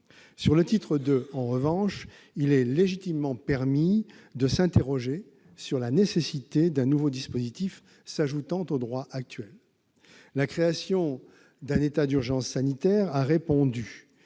le titre II, en revanche, il est légitimement permis de s'interroger sur la nécessité d'un nouveau dispositif s'ajoutant au droit actuel. La création d'un état d'urgence sanitaire a répondu